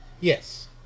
Yes